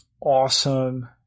awesome